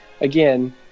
again